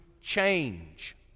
change